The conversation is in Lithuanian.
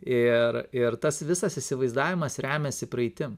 ir ir tas visas įsivaizdavimas remiasi praeitim